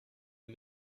est